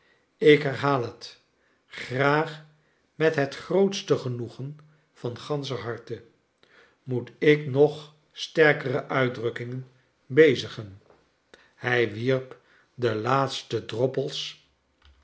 ik lierhaal het graag met het grootste genoegen van ganscher harte moet ik nog sterkere uitdrukkingen bezigen hij wierp de laatste droppels